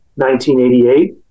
1988